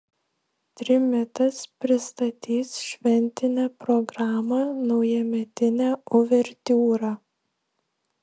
trimitas pristatys šventinę programą naujametinė uvertiūra